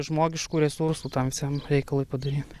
žmogiškų resursų tam visam reikalui padaryt